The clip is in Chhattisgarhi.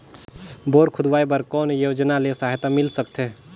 बोर खोदवाय बर कौन योजना ले सहायता मिल सकथे?